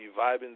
vibing